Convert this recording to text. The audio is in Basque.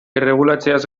erregulatzeaz